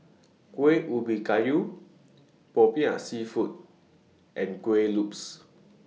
Kuih Ubi Kayu Popiah Seafood and Kueh Lopes